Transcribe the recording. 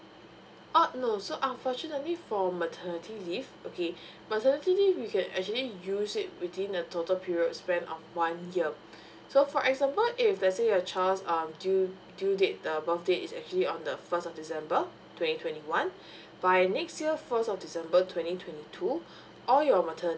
oh no so unfortunately for maternity leave okay maternity leave you can actually use it within the total periods span on one year so for example if let's say your child um due due date the birth date is actually on the first of december twenty twenty one by next year first of december twenty twenty two all your maternity